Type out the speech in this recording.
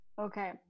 okay